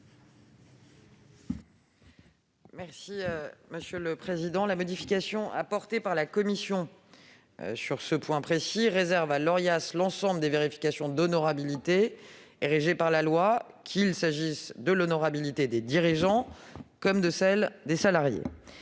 secrétaire d'État. La modification apportée par la commission sur ce point précis tend à réserver à l'Orias l'ensemble des vérifications d'honorabilité érigées par la loi, qu'il s'agisse de l'honorabilité des dirigeants ou de celle des salariés.